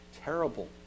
terrible